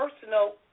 personal